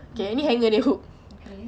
okay okay